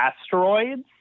asteroids